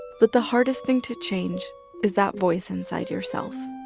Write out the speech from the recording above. but the hardest thing to change is that voice inside yourself